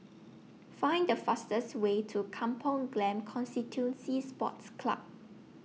Find The fastest Way to Kampong Glam Constituency Sports Club